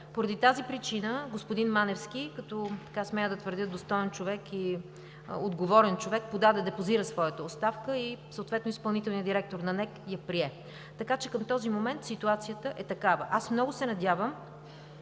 Поради тази причина господин Маневски, като – смея да твърдя – достоен и отговорен човек, депозира своята оставка и съответно изпълнителният директор на НЕК я прие. Към този момент ситуацията е такава. Много се надявам